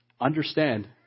understand